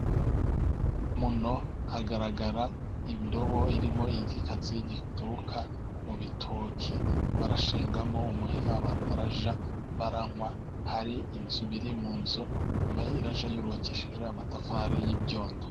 Muno hagaragara indobo irimo igikatsi gituruka mu bitoke barashingamo umuheha abantu barajya banywa, hari inzu biri mu nzu irajya yubakishije amatafari y'ibyondo.